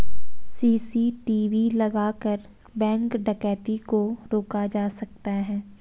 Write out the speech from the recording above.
CCTV लगाकर bank डकैती को रोका जा सकता है